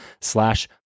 slash